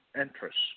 interests